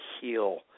heal